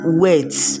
words